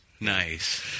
Nice